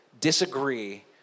disagree